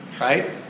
Right